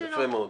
יפה מאוד.